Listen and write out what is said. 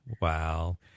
Wow